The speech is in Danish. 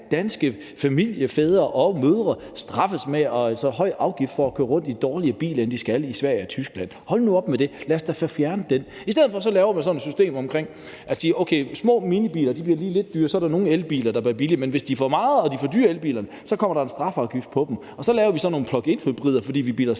danske familiefædre og -mødre straffes med så høje afgifter for at køre rundt i dårligere biler, end de gør i Sverige og Tyskland? Hold nu op med det. Lad os da få fjernet den. I stedet for laver man sådan et system, hvor man siger, at minibiler lige bliver lidt dyrere, og at der så er nogle elbiler, der bliver billigere. Men hvis elbilerne er for store og for dyre, kommer der en straffeafgift på dem. Så laver vi sådan nogle pluginhybridbiler, fordi vi bilder